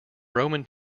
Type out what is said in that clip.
roman